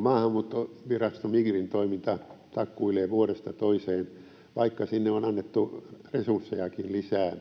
Maahanmuuttovirasto Migrin toiminta takkuilee vuodesta toiseen, vaikka sinne on annettu resurssejakin lisää.